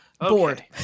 Bored